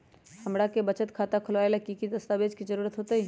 हमरा के बचत खाता खोलबाबे ला की की दस्तावेज के जरूरत होतई?